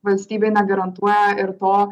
valstybė negarantuoja ir to